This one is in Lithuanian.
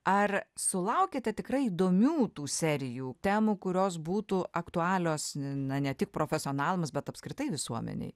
ar sulaukėte tikrai įdomių tų serijų temų kurios būtų aktualios na ne tik profesionalams bet apskritai visuomenei